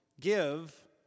give